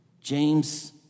James